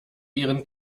ihren